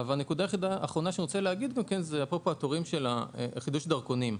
הנקודה האחרונה אליה אני רוצה להתייחס היא לגבי התורים לחידוש דרכונים.